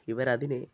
ഇവരതിന്